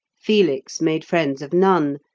felix made friends of none,